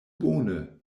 bone